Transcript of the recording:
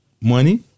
money